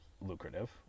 lucrative